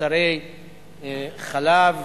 מוצרי חלב,